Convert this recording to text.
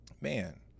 man